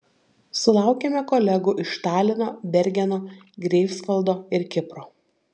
sulaukėme kolegų iš talino bergeno greifsvaldo ir kipro